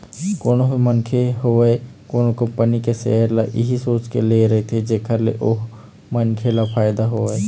कोनो भी मनखे होवय कोनो कंपनी के सेयर ल इही सोच के ले रहिथे जेखर ले ओ मनखे ल फायदा होवय